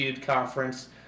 conference